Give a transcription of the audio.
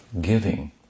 Giving